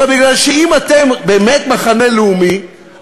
אלא מפני שאם אתם באמת מחנה לאומי,